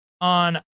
on